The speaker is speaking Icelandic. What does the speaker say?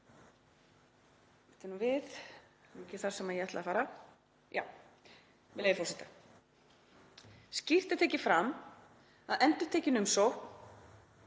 „Skýrt er tekið fram að endurtekin